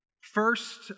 First